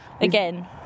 Again